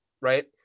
right